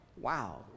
Wow